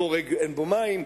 הבור אין בו מים,